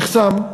נחסם.